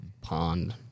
pond